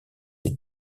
des